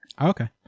okay